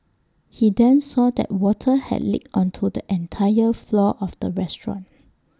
he then saw that water had leaked onto the entire floor of the restaurant